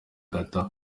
agata